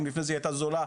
אם לפני זה היא הייתה זולה,